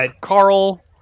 Carl